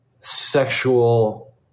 sexual